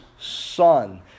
son